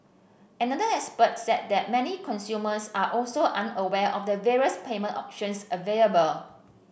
another expert said that many consumers are also unaware of the various payment options available